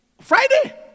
Friday